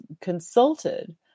consulted